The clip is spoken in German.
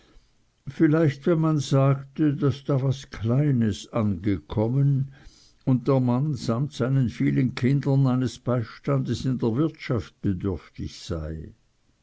vielleicht wenn man sagte daß da was kleines angekommen und der mann samt seinen vielen kindern eines beistands in der wirtschaft bedürftig sei